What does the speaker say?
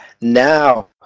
now